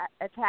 attack